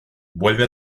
vuelve